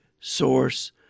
source